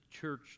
church